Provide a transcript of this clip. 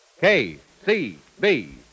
K-C-B